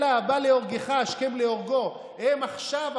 אלא "הבא להורגך השכם להורגו" הם עכשיו,